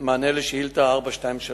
חייבים לחתום בתחנת משטרה בעת חופשתם.